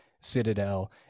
Citadel